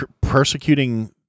persecuting